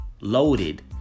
loaded